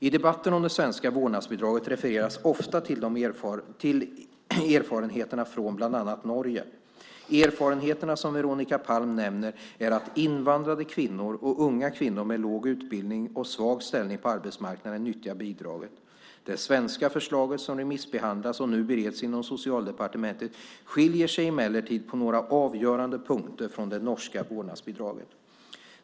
I debatten om det svenska vårdnadsbidraget refereras ofta till erfarenheterna från bland annat Norge. Erfarenheterna som Veronica Palm nämner är att invandrade kvinnor och unga kvinnor med låg utbildning och svag ställning på arbetsmarknaden nyttjar bidraget. Det svenska förslaget, som remissbehandlats och nu bereds inom Socialdepartementet, skiljer sig emellertid på några avgörande punkter från det norska vårdnadsbidraget.